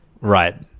Right